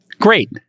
Great